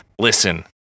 Listen